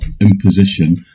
imposition